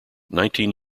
nineteen